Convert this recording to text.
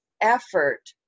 effort